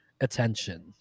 attention